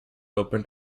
open